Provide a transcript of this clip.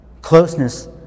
closeness